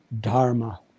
Dharma